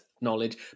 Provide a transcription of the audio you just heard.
knowledge